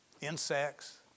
insects